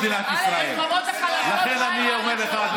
השכבות החלשות, מה הן מעדיפות?